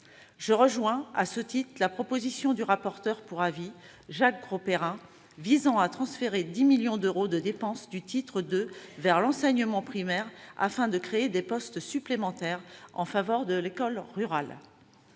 Je rejoins, à ce titre, la proposition du rapporteur pour avis Jacques Grosperrin visant à transférer 10 millions d'euros de dépenses du titre 2 vers l'enseignement primaire afin de créer des postes supplémentaires en faveur de l'école rurale.